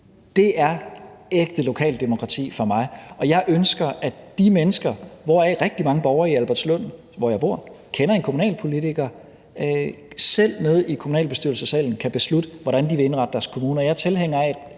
Det er ægte lokalt demokrati for mig. Jeg ønsker, at de kommunalpolitikere, som borgerne i Albertslund, hvor jeg bor, har stemt på, i kommunalbestyrelsen kan beslutte, hvordan de vil indrette deres kommune. Jeg er tilhænger af,